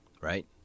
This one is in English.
right